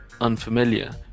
unfamiliar